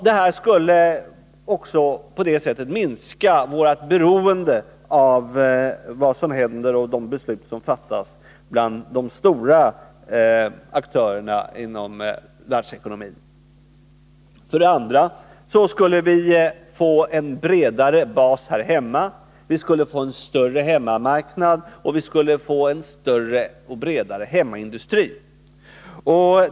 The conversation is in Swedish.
Det här skulle också minska vårt beroende av vad som händer och de beslut som fattas bland de stora aktörerna inom världsekonomin. För det andra skulle vi få en bredare bas här hemma, vi skulle få en större hemmamarknad och vi skulle få en större och bredare hemmaindustri.